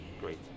great